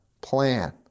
plan